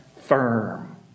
firm